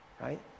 right